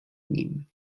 nim